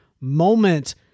moment